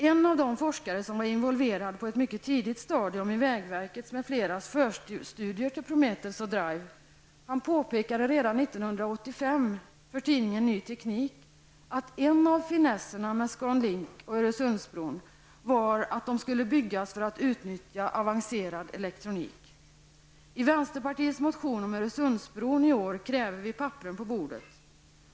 En av de forskare som var involverad på ett mycket tidigt stadium i vägverkets m.fl. förstudier till Prometheus och DRIVE påpekade redan 1985 för tidningen Ny Teknik att en av finesserna med Scan Link och Öresundsbron var att de skulle byggas för att utnyttja avancerad elektronik. I vänsterpartiets motion om Öresundsbron kräver vi papperen på bordet.